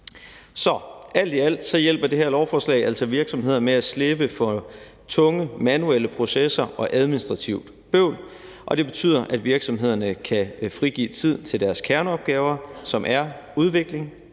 Så alt i alt hjælper det her lovforslag altså virksomhederne med at slippe for tunge manuelle processer og administrativt bøvl, og det betyder, at virksomhederne kan frigive tid til deres kerneopgaver, som er udvikling,